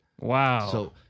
Wow